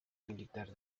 militar